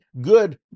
good